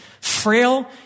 frail